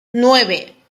nueve